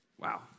Wow